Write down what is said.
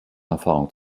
erfahrung